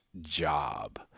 job